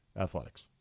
Athletics